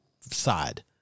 side